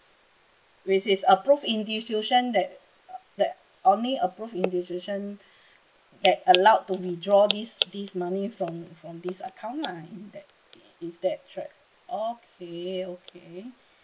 which is approved institution that uh that only approved institution that allowed to withdraw this this money from from this account lah in that is that right okay okay